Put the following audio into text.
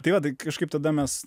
tai va tai kažkaip tada mes